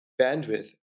bandwidth